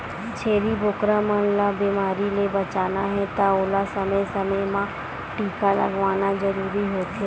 छेरी बोकरा मन ल बेमारी ले बचाना हे त ओला समे समे म टीका लगवाना जरूरी होथे